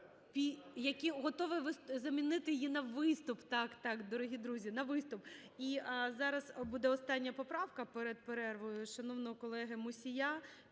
які готові замінити її на виступ, так-так, дорогі друзі, на виступ. І зараз буде остання поправка перед перервою, шановного колеги Мусія.